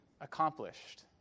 accomplished